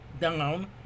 down